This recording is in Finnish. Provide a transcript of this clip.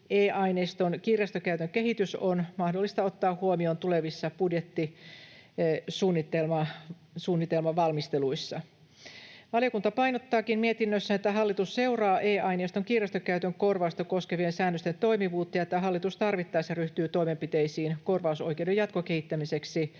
e-aineiston kirjastokäytön kehitys on mahdollista ottaa huomioon tulevissa budjettisuunnitelman valmisteluissa. Valiokunta painottaakin mietinnössään, että hallitus seuraa e-aineiston kirjastokäytön korvausta koskevien säännösten toimivuutta ja että hallitus tarvittaessa ryhtyy toimenpiteisiin korvausoikeuden jatkokehittämiseksi,